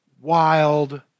wild